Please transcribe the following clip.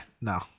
no